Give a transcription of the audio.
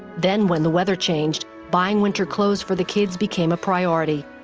then when the weather changed, buying winter clothes for the kids became a priority.